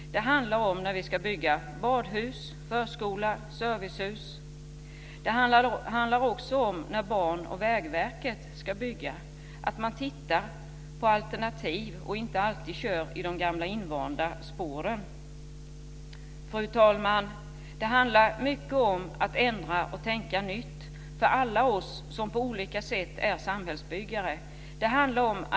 Det handlar om byggande av badhus, förskolor och servicehus. Det handlar också om Banverkets och Vägverkets byggande. Man ska titta på alternativ och inte alltid gå i gamla invanda fotspår. Fru talman! Det handlar om att alla vi som på olika sätt är samhällsbyggare ska ändra vanor och tänka nytt.